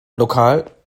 lokal